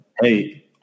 Hey